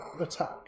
attack